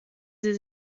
sie